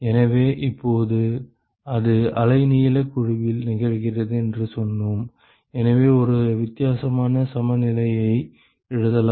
எனவே இப்போது அது அலைநீளக் குழுவில் நிகழ்கிறது என்று சொன்னோம் எனவே ஒரு வித்தியாசமான சமநிலையை எழுதலாம்